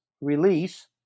release